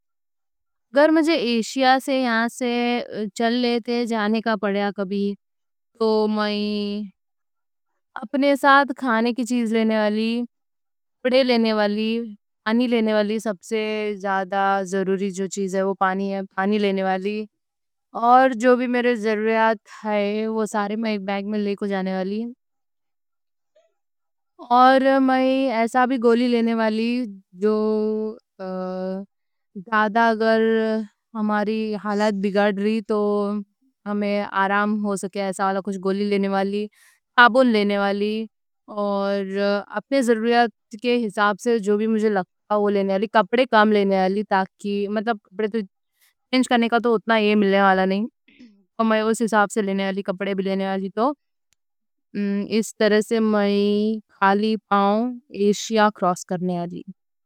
اگر مجھے ایشیا سے یہاں سے چل لیتے جانے کا پڑیا کبھی۔ تو میں اپنے ساتھ کھانے کی چیز لینے والی پڑے لینے والی۔ پانی لینے والی سب سے زیادہ ضروری جو چیز ہے وہ پانی ہے۔ پانی لینے والی اور جو بھی میرے ضروریات ہیں وہ سارے میں۔ ایک بیگ میں لے کو جانے والی اور میں ایسا بھی گولی لینے والی۔ جو زیادہ اگر ہماری حالات بگاڑ رہی۔ تو ہمیں آرام ہو سکے ایسا والا کچھ گولی لینے والی۔ صابن لینے والی اور اپنے ضروریات کے حساب سے جو۔ جو بھی مجھے لگتا ہو لینے والی، کپڑے کام لینے والی تاکہ۔ چینج کرنے کا اتنا ملنے والا نہیں تو میں اس۔ حساب سے لینے والی کپڑے بھی لینے والی اس طرح سے میں۔ کھالی پاؤں ایشیا کروس کرنے والی۔